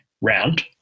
round